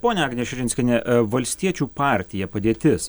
ponia agne širinskiene valstiečių partija padėtis